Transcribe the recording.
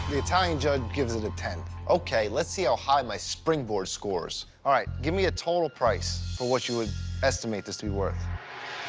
the italian judge gives it a ten. okay, let's see how high my springboard scores. all right, give me a total price for what you would estimate this to be worth.